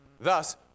Thus